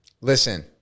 listen